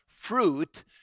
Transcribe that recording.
fruit